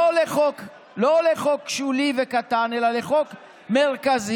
לא לחוק שולי וקטן, אלא לחוק מרכזי,